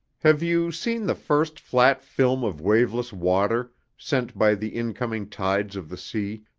have you seen the first flat film of waveless water, sent by the incoming tides of the sea,